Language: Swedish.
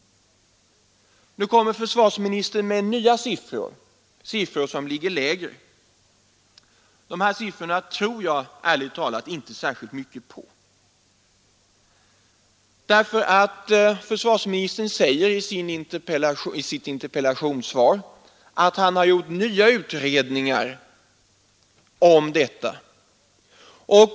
Nu kommer försvarsministern med nya siffror, som ligger lägre. Men de siffrorna tror jag ärligt talat inte mycket på. Försvarsministern säger i sitt interpellationssvar att han har gjort en ny utredning om detta.